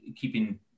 keeping